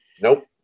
Nope